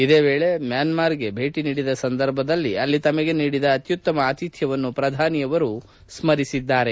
ಇದೇ ವೇಳೆ ಮ್ಹಾನ್ಸಾರ್ ಗೆ ಭೇಟಿ ನೀಡಿದ ಸಂದರ್ಭದಲ್ಲಿ ಅಲ್ಲಿ ತಮಗೆ ನೀಡಿದ ಅತ್ಯುತ್ತಮ ಆತಿಥ್ಡವನ್ನು ಪ್ರಧಾನಿ ಸ್ನರಿಸಿದ್ದಾರೆ